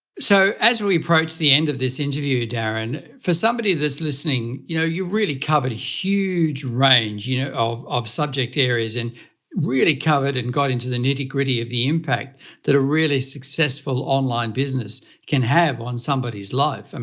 so as we we approach the end of this interview, darren, for somebody that's listening, you know you really covered huge range you know of of subject areas and really covered and got into the nitty gritty of the impact that a really successful online business can have on somebody's life. and